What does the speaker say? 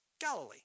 Galilee